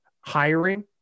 hiring